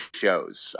shows